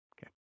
Okay